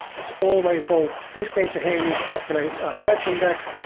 it's always, well, this data here needs to populate a search index,